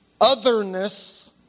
otherness